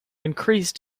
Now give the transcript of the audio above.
increased